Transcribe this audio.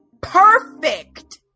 perfect